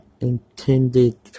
intended